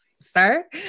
sir